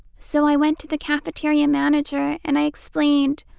so i went to the cafeteria manager and i explained,